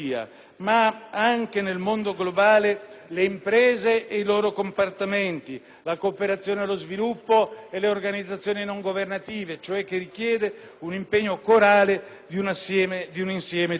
anche, nel mondo globale, le imprese e i loro comportamenti, la cooperazione allo sviluppo e le organizzazioni non governative, cioè che richiede un impegno corale di un insieme di soggetti.